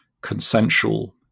consensual